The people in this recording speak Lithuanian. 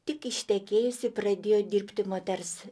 tik ištekėjusi pradėjo dirbti moters